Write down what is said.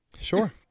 Sure